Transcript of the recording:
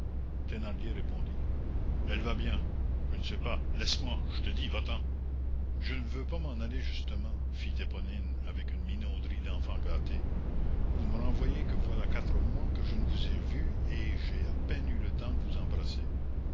thénardier répondit elle va bien je ne sais pas laisse-moi je te dis va-t'en je ne veux pas m'en aller justement fit éponine avec une minauderie d'enfant gâté vous me renvoyez que voilà quatre mois que je ne vous ai vu et que j'ai à peine eu le temps de vous embrasser